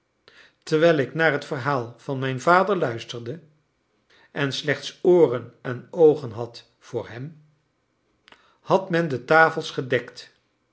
terwijl ik naar het verhaal van mijn vader luisterde en slechts ooren en oogen had voor hem had men de tafels gedekt